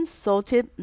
salted